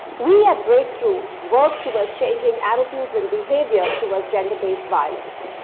we at breakthrough work towards changing attitudes and behavior towards gender-based violence.